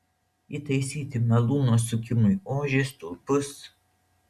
įtaisyti malūno sukimui ožį stulpus